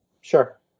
sure